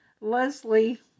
Leslie